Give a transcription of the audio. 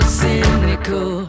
cynical